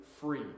free